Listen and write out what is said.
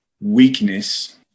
Weakness